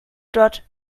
dort